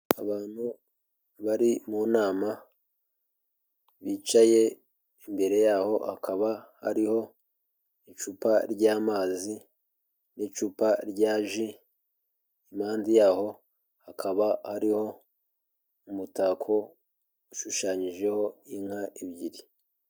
Abantu bari mu nama bicaye, imbere yaho hakaba hariho icupa ry'amazi, n'icupa rya ji, impande yaho akaba ariho umutako, ushushanyijeho inka ebyiri.